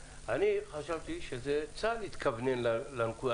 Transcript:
ברשותך, אני חשבתי שצה"ל מתכוונן לנקודה.